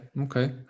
okay